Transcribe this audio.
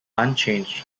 unchanged